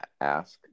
ask